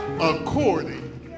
according